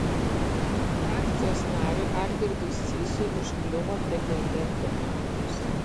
frakcijos nariui algirdui sysui užkliuvo pretendentų amžius